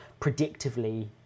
predictively